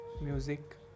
music